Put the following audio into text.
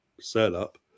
sell-up